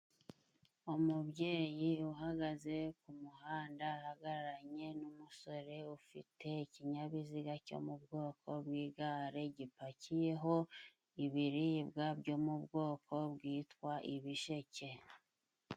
Umubyeyi uhagaze ku kumuhanda ahagararanye n'umusore ufite ikinyabiziga cyo mu bwoko bw'igare, gipakiyeho ibiribwa byo mu bwoko bwitwa ibisheke.